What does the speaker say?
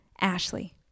Ashley